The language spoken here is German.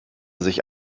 sich